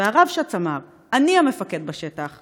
והרבש"ץ אמר: אני המפקד בשטח,